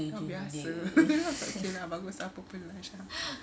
ah biasa okay lah bagus lah apa apa lah shah